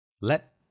Let